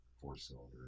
four-cylinder